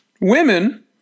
women